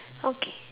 okay